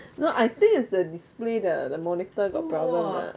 no I think is the display the the monitor got problem ah